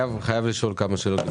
אני חייב לשאול כמה שאלות.